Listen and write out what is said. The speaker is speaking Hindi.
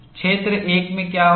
क्षेत्र 1 में क्या होता है